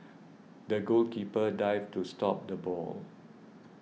the goalkeeper dived to stop the ball